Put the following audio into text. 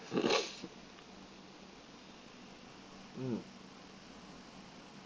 mm